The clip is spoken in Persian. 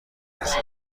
میرسه